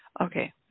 Okay